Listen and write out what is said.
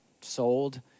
sold